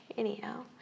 Anyhow